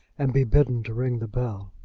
and be bidden to ring the bell,